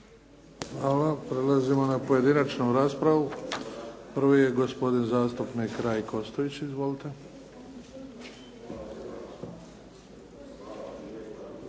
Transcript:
Hvala. Prelazimo na pojedinačnu raspravu. Prvi je gospodin zastupnik Rajko Ostojić. Izvolite.